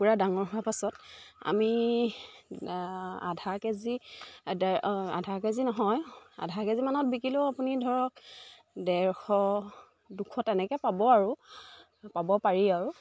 কুকুৰা ডাঙৰ হোৱাৰ পাছত আমি আধা কেজি আধা কেজি নহয় আধা কেজিমানত বিকিলেও আপুনি ধৰক ডেৰশ দুশ তেনেকৈ পাব আৰু পাব পাৰি আৰু